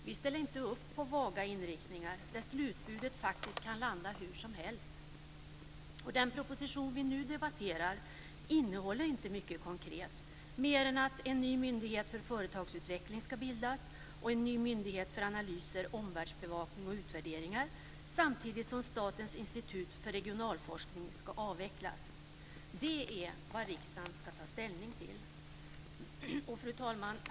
Vi ställer inte upp på vaga inriktningar där slutbudet faktiskt kan landa var som helst. Den proposition vi nu debatterar innehåller inte mycket konkret, mer än att det ska bildas en ny myndighet för företagsutveckling och en ny myndighet för analyser, omvärldsbevakning och utvärderingar samtidigt som Det är vad riksdagen ska ta ställning till. Fru talman!